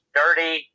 dirty